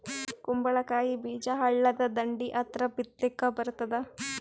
ಕುಂಬಳಕಾಯಿ ಬೀಜ ಹಳ್ಳದ ದಂಡಿ ಹತ್ರಾ ಬಿತ್ಲಿಕ ಬರತಾದ?